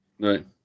Right